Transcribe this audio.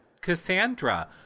Cassandra